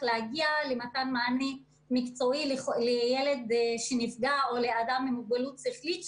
להגיע למתן מענה מקצועי לילד שנפגע או לאדם עם מוגבלות שכלית.